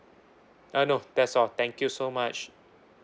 uh no that's all thank you so much